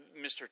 Mr